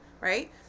right